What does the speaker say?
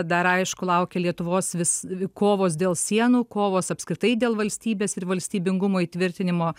dar aišku laukia lietuvos vis kovos dėl sienų kovos apskritai dėl valstybės ir valstybingumo įtvirtinimo